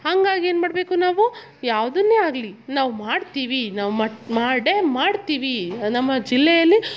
ಹಾಗಾಗಿ ಏನ್ಮಾಡಬೇಕು ನಾವು ಯಾವುದನ್ನೆ ಆಗಲಿ ನಾವು ಮಾಡ್ತೀವಿ ನಾವು ಮಟ್ ಮಾಡೇ ಮಾಡ್ತೀವಿ ನಮ್ಮ ಜಿಲ್ಲೆಯಲ್ಲಿ